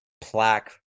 plaque